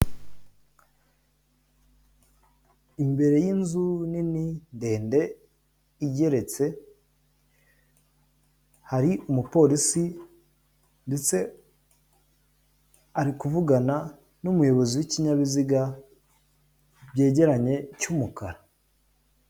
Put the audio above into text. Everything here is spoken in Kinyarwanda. Imbere y'inzu nini ndende igeretse hari umupolisi ndetse ari kuvugana n'umuyobozi w'ikinyabiziga byegeranye cy'umukara.